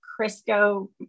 Crisco